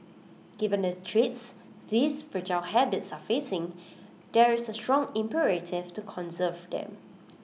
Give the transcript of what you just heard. given the threats these fragile habitats are facing there is A strong imperative to conserve them